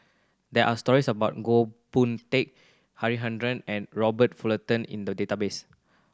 there are stories about Goh Boon Teck Harichandra and Robert Fullerton in the database